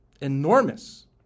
enormous